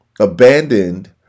abandoned